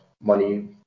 money